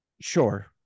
sure